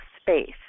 space